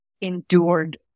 endured